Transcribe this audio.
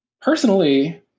Personally